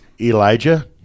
Elijah